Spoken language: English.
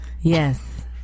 Yes